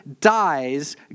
dies